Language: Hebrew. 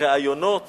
ראיונות